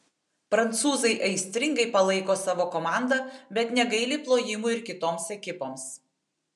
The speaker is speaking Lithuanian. prancūzai aistringai palaiko savo komandą bet negaili plojimų ir kitoms ekipoms